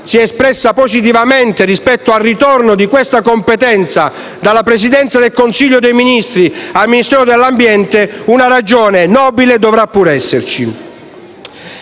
si è espressa positivamente rispetto al ritorno di questa competenza dalla Presidenza del Consiglio dei ministri al Ministero dell'ambiente, una ragione nobile dovrà pure esserci.